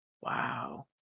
Wow